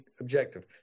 objective